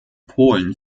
polen